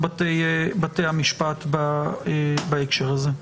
בתי המשפט בהקשר הזה.